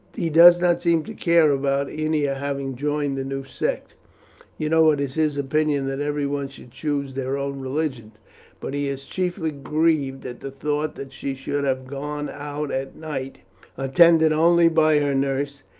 he does not seem to care about ennia having joined the new sect you know it is his opinion that everyone should choose their own religion but he is chiefly grieved at the thought that she should have gone out at night attended only by her nurse,